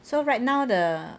so right now the